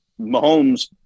Mahomes